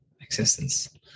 existence